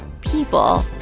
people